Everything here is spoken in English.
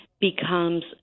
becomes